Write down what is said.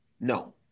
No